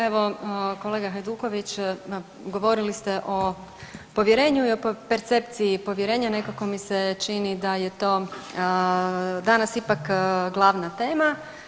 Evo, kolega Hajduković govorili ste o povjerenju i o percepciji povjerenja, nekako mi se čini da je to danas ipak glavna tema.